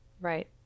Right